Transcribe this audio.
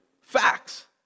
facts